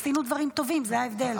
עשינו דברים טובים, זה ההבדל.